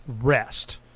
rest